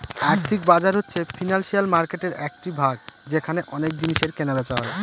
আর্থিক বাজার হচ্ছে ফিনান্সিয়াল মার্কেটের একটি ভাগ যেখানে অনেক জিনিসের কেনা বেচা হয়